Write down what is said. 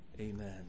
amen